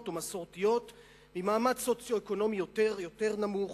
ומסורתיות ממעמד סוציו-אקונומי יותר נמוך,